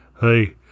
hey